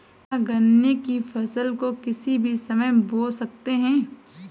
क्या गन्ने की फसल को किसी भी समय बो सकते हैं?